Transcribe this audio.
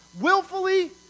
Willfully